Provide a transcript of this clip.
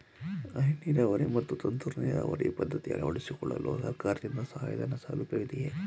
ಹನಿ ನೀರಾವರಿ ಮತ್ತು ತುಂತುರು ನೀರಾವರಿ ಪದ್ಧತಿ ಅಳವಡಿಸಿಕೊಳ್ಳಲು ಸರ್ಕಾರದಿಂದ ಸಹಾಯಧನದ ಸೌಲಭ್ಯವಿದೆಯೇ?